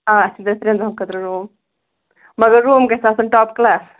آ اَسہِ چھِ گژھِ ترٛٮ۪ن دۄہ خٲطرٕ روٗم مگر روٗم گژھِ آسُن ٹاپ کٕلاس